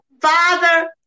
Father